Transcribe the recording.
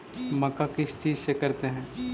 मक्का किस चीज से करते हैं?